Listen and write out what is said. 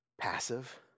passive